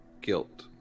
guilt